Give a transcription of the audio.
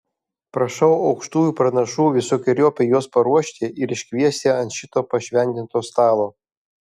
prašau aukštųjų pranašų visokeriopai juos paruošti ir iškviesti ant šito pašventinto stalo